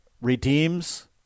redeems